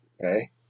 Okay